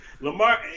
Lamar